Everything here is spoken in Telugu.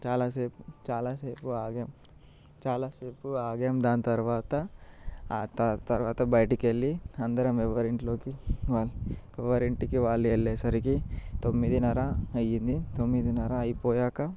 చాలాసేపు చాలాసేపు ఆడాము చాలాసేపు ఆడాము దాని తరువాత ఆ తరువాత బయటకి వెళ్ళి అందరం ఎవ్వరి ఇంట్లోకి వాళ్ళు ఎవరి ఇంటికి వాళ్ళు వెళ్ళేసరికి తొమ్మిదిన్నర అయ్యింది తొమ్మిదిన్నర అయిపోయాక